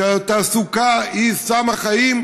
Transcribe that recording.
התעסוקה היא סם החיים,